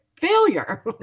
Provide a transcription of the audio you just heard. failure